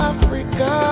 Africa